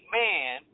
man